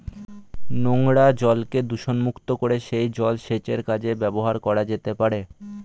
নোংরা জলকে দূষণমুক্ত করে সেই জল সেচের কাজে ব্যবহার করা যেতে পারে